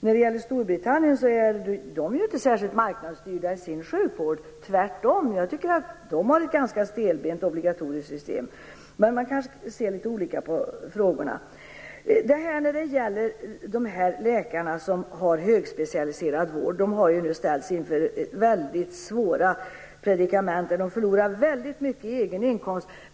När det gäller Storbritannien vill jag säga att sjukvården där inte är särskilt marknadsstyrd, tvärtom. Jag tycker att det där är ett ganska stelbent obligatoriskt system. Men man kan ha litet olika syn på frågorna. De läkare som bedriver högspecialiserad vård har ju ställts inför väldigt svåra predikament, där de förlorar väldigt mycket av egen inkomst.